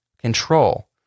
control